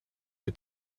für